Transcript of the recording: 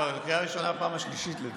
לא, היא בקריאה ראשונה פעם שלישית, לדעתי.